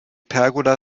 pergola